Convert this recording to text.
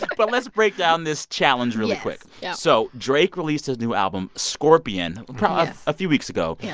but let's break down this challenge really quick yes so drake released his new album, scorpion, a few weeks ago. yeah